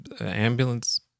ambulance